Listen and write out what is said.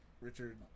Richard